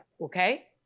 okay